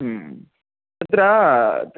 तत्र